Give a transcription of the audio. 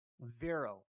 Vero